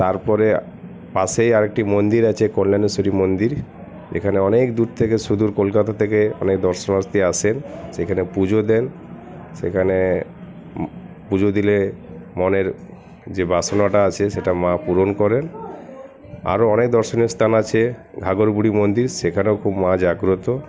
তারপরে পাশেই আর একটি মন্দির আছে কল্যাণেশ্বরী মন্দির এখানে অনেক দূর থেকে সুদূর কলকাতা থেকে অনেক দর্শনার্থী আসেন সেখানে পুজো দেন সেখানে পুজো দিলে মনের যে বাসনাটা আছে সেটা মা পূরণ করেন আরও অনেক দর্শনীয় স্থান আছে ঘাঘর বুড়ি মন্দির সেখানেও খুব মা খুব জাগ্রত